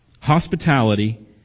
hospitality